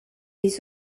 les